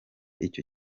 icyo